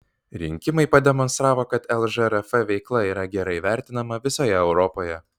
rinkimai pademonstravo kad lžrf veikla yra gerai vertinama visoje europoje